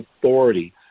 authority